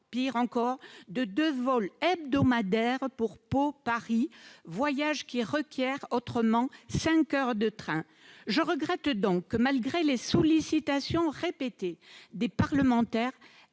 pis encore, de deux vols hebdomadaires entre Pau et Paris, voyage qui requiert cinq heures de train. Je regrette que, malgré les sollicitations répétées des parlementaires,